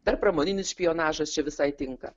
dar pramoninis špionažas čia visai tinka